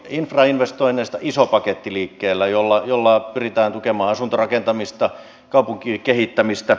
infrainvestoinneista on iso paketti liikkeellä jolla pyritään tukemaan asuntorakentamista kaupunkien kehittämistä